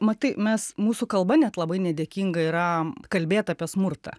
matai mes mūsų kalba net labai nedėkinga yra kalbėt apie smurtą